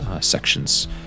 sections